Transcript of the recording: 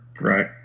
Right